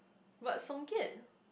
what Songket